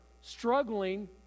struggling